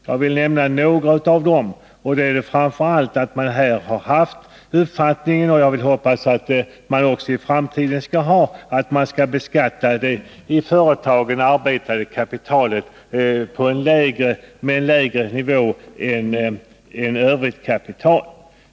Det gäller framför allt den uppfattning som man har haft och som jag hoppas att man också i fortsättningen skall ha, nämligen att det i företagen arbetande kapitalet skall beskattas på en lägre nivå än övrigt kapital.